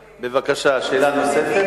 בבקשה, שאלה נוספת.